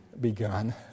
begun